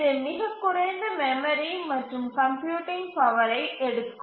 இது மிகக் குறைந்த மெமரி மற்றும் கம்ப்யூட்டிங் பவரை எடுக்கும்